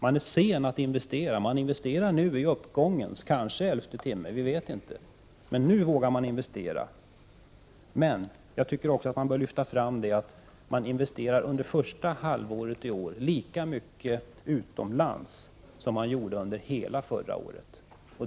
Man är sen med att investera, men nu vågar man investera, kanske i uppgångens elfte timme. Det faktum kanske också borde lyftas fram att man under första halvåret i år investerar lika mycket utomlands som man gjorde under hela förra året.